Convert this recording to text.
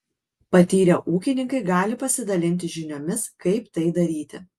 patyrę ūkininkai gali pasidalinti žiniomis kaip tai daryti